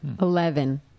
Eleven